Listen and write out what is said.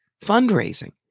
fundraising